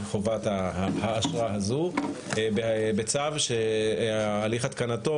מחובת האשרה הזו בצו שהליך התקנתו